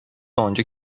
آنجا